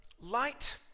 light